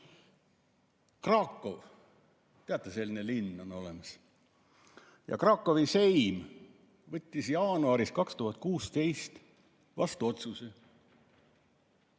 Kraków – teate, selline linn on olemas. Krakówi seim võttis jaanuaris 2016 vastu otsuse: